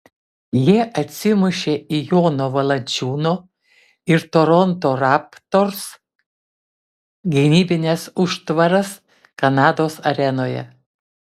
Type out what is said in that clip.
jie atsimušė į jono valančiūno ir toronto raptors gynybines užtvaras kanados arenoje